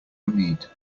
need